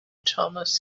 thomas